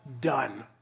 Done